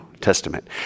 Testament